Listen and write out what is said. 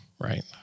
right